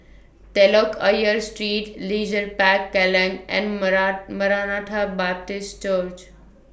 Telok Ayer Street Leisure Park Kallang and Maranatha Baptist Church